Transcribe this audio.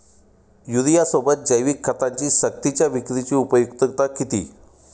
युरियासोबत जैविक खतांची सक्तीच्या विक्रीची उपयुक्तता किती?